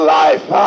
life